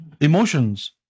emotions